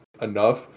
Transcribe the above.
enough